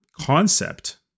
concept